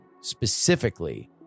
specifically